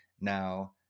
now